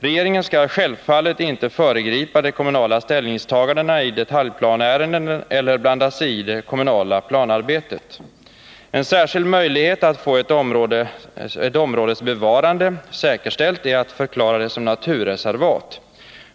Regeringen skall självfallet inte föregripa de kommunala ställningstagandena i detaljplaneärenden eller blanda sig i det kommunala planarbetet. En särskild möjlighet att få ett områdes bevarande säkerställt är att förklara det som naturreservat.